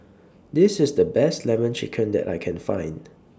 This IS The Best Lemon Chicken that I Can Find